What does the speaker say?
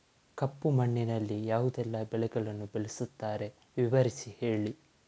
ಕಪ್ಪು ಮಣ್ಣಿನಲ್ಲಿ ಯಾವುದೆಲ್ಲ ಬೆಳೆಗಳನ್ನು ಬೆಳೆಸುತ್ತಾರೆ ವಿವರಿಸಿ ಹೇಳಿ